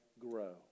grow